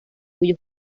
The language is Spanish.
cuyos